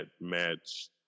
match